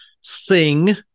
sing